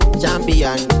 champion